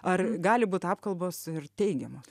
ar gali būt apkalbos ir teigiamos